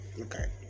Okay